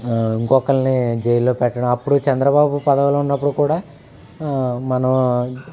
ఇంకొకళ్ళని జైల్లో పెట్టడం అప్పుడు చంద్రబాబు పదవిలో ఉన్నప్పుడు కూడా మనము